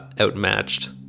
outmatched